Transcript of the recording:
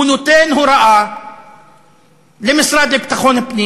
הוא נותן הוראה למשרד לביטחון הפנים